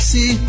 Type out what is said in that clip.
See